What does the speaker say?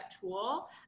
tool